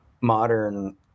modern